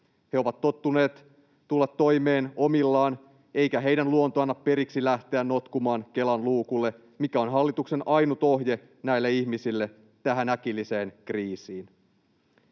He ovat tottuneet tulemaan toimeen omillaan, eikä heidän luontonsa anna periksi lähteä notkumaan Kelan luukulle, mikä on hallituksen ainut ohje näille ihmisille tähän äkilliseen kriisiin.